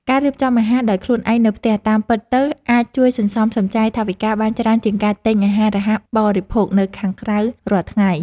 ការរៀបចំអាហារដោយខ្លួនឯងនៅផ្ទះតាមពិតទៅអាចជួយសន្សំសំចៃថវិកាបានច្រើនជាងការទិញអាហាររហ័សបរិភោគនៅខាងក្រៅរាល់ថ្ងៃ។